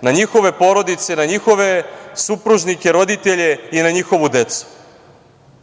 na njihove porodice, na njihove supružnike, roditelje i na njihovu decu. Ako